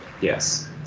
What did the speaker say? Yes